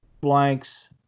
blanks